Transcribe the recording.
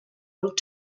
und